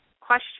question